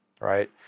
right